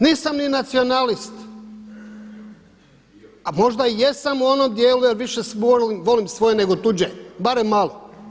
Nisam ni nacionalist, a možda i jesam u onom dijelu jer više volim svoje nego tuđe, barem malo.